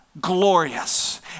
glorious